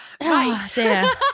Right